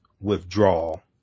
withdrawal